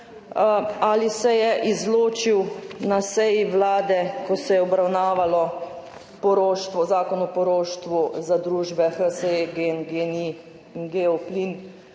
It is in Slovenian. ali se je izločil na seji Vlade, ko se je obravnaval zakon o poroštvu za družbe HSE, GEN-I, GEN in